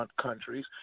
countries